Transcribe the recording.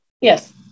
Yes